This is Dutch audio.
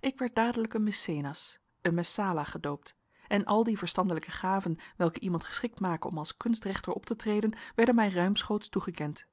ik werd dadelijk een mecenas een messala gedoopt en al die verstandelijke gaven welke iemand geschikt maken om als kunstrechter op te treden werden mij ruimschoots toegekend